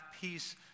peace